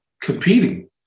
competing